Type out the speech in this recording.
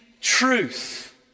truth